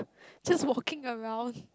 just walking around